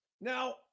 now